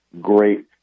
great